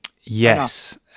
Yes